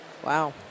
Wow